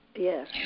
Yes